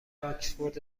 آکسفورد